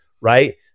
right